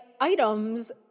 items